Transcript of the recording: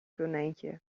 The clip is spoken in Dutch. konijntje